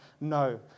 no